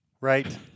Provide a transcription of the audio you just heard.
right